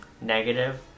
negative